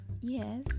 Yes